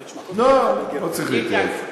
לא, לא צריך להתייעץ.